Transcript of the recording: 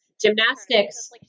gymnastics